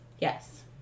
Yes